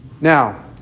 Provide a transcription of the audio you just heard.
Now